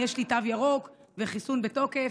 יש לי תו ירוק וחיסון בתוקף.